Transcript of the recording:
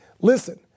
Listen